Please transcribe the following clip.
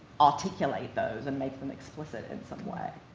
articulate those, and make them explicit in some way.